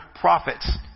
prophets